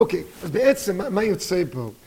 אוקיי, אז בעצם, מה יוצא פה?